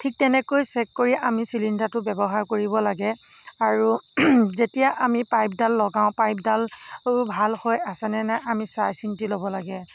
ঠিক তেনেকৈ চেক কৰি আমি চিলিণ্ডাৰটো ব্যৱহাৰ কৰিব লাগে আৰু যেতিয়া আমি পাইপডাল লগাওঁ পাইপডালো ভাল হৈ আছে নে নাই আমি চাই চিন্তি ল'ব লাগে